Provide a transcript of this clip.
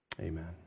Amen